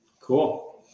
Cool